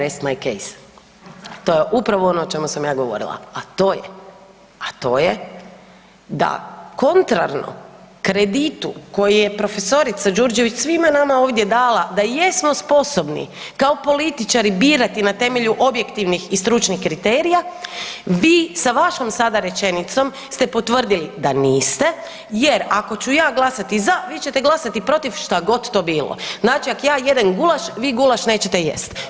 Ja samo mogu reći, rest my case, to je upravo ono o čemu sam ja govorila, a to je, a to je da kontrarno kreditu koji je profesorica Đurđević svima nama ovdje dala da jesmo sposobni kao političari birati na temelju objektivnih i stručnih kriterija, vi sa vašom sada rečenicom ste sada potvrdili da niste, jer ako ću ja glasati za, vi ćete glasati protiv šta god to bilo, znači ako ja jedem gulaš, vi gulaš nećete jesti.